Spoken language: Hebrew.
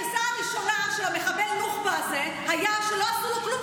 הגרסה הראשונה של מחבל הנוח'בה הזה הייתה שלא עשו לו כלום.